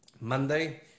Monday